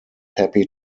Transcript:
happy